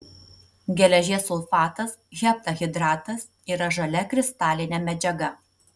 geležies sulfatas heptahidratas yra žalia kristalinė medžiaga